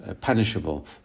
punishable